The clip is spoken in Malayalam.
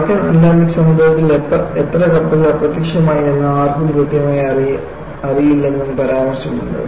വടക്കൻ അറ്റ്ലാന്റിക് സമുദ്രത്തിൽ എത്ര കപ്പലുകൾ അപ്രത്യക്ഷമായി എന്ന് ആർക്കും കൃത്യമായി അറിയില്ലെന്നും പരാമർശമുണ്ട്